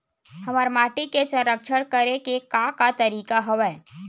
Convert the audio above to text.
हमर माटी के संरक्षण करेके का का तरीका हवय?